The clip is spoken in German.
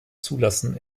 zulassen